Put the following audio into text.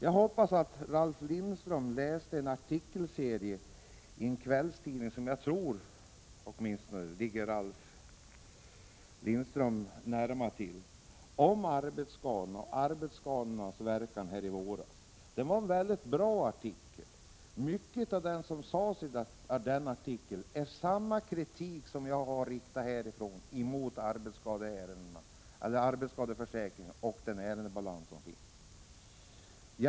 Jag hoppas att Ralf Lindström läste en artikelserie i våras i en kvällstidning, som jag tror står Ralf Lindström nära. Den handlade om arbetsskadorna och arbetsskadornas verkan. Det var en mycket bra artikel. Mycket av det som sades i den artikeln är samma kritik som jag har riktat mot arbetsskadeförsäkringen och den ärendebalans som finns.